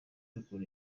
umuntu